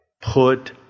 put